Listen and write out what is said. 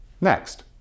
Next